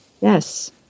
Yes